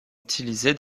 utilisé